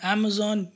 Amazon